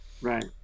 Right